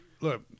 look